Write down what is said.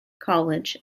college